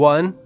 One